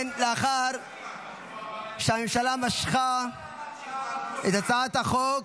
אם כן, לאחר שהממשלה משכה את הצעת החוק,